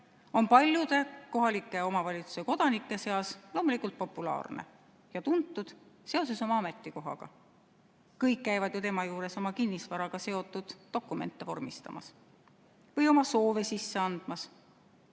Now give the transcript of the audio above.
on paljude kohaliku omavalitsuse kodanike seas loomulikult populaarne ja tuntud seoses oma ametikohaga. Kõik käivad ju tema juures oma kinnisvaraga seotud dokumente vormistamas või oma soove sisse andmas.